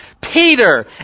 Peter